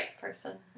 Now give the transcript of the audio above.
person